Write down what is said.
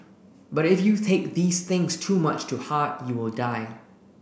but if you take these things too much to heart you will die